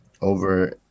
over